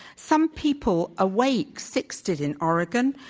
some people awake. six did in oregon.